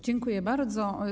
Dziękuję bardzo.